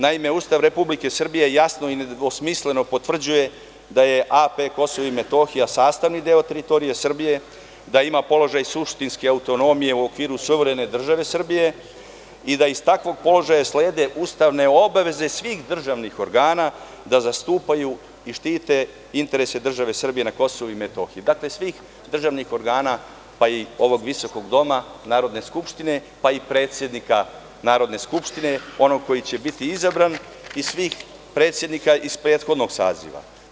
Naime, Ustav Republike Srbije jasno i nedvosmisleno potvrđuje da je AP Kosovo i Metohija sastavni deo teritorije Srbije, da ima položaj suštinske autonomije u okviru suverene države Srbije i da iz takvog položaja slede ustavne obaveze svih državnih organa da zastupaju i štite interese države Srbije na Kosovu i Metohiji, dakle, svih državnih organa, pa i ovog visokog doma Narodne skupštine, pa i predsednika Narodne skupštine onog koji će biti izabran i svih predsednika iz prethodnog saziva.